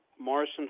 Morrison